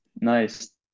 Nice